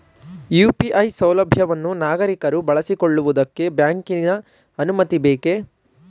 UPI ಸೌಲಭ್ಯವನ್ನು ನಾಗರಿಕರು ಬಳಸಿಕೊಳ್ಳುವುದಕ್ಕೆ ಬ್ಯಾಂಕಿನ ಅನುಮತಿ ಬೇಕೇ?